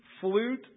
flute